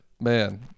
Man